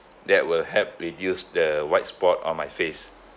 that will help reduce the white spot on my face